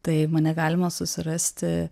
tai mane galima susirasti